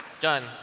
Done